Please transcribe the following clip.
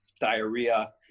diarrhea